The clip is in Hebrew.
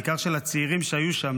בעיקר של הצעירים שהיו שם,